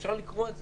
אפשר לקרוא על זה.